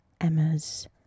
Emma's